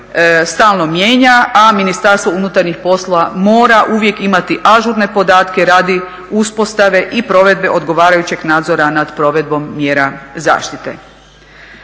stalno mijenja, a Ministarstvo unutarnjih poslova mora uvijek imati ažurne podatke radi uspostave i provedbe odgovarajućeg nadzora nad provedbom mjera zaštite.